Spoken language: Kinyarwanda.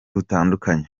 butandukanye